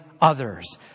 others